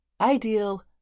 ideal